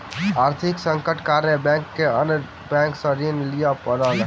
आर्थिक संकटक कारणेँ बैंक के अन्य बैंक सॅ ऋण लिअ पड़ल